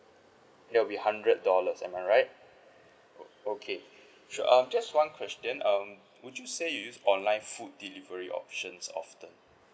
that will be hundred dollars am I right o~ okay sure um just one question um would you say you use online food delivery options often